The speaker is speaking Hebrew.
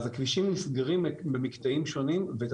אז הכבישים נסגרים במקטעים שונים ואת